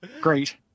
great